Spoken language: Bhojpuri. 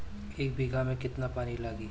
एक बिगहा में केतना पानी लागी?